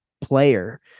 player